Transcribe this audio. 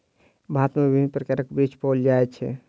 भारत में विभिन्न प्रकारक वृक्ष पाओल जाय छै